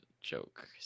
joke